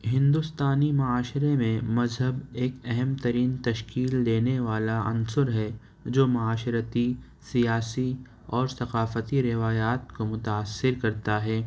ہندوستانی معاشرے میں مذہب ایک اہم ترین تشکیل دینے والا عنصر ہے جو معاشرتی سیاسی اور ثقافتی روایات کو متاثر کرتا ہے